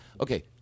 Okay